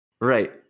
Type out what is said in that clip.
Right